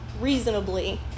reasonably